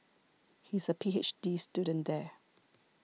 he is a P H D student there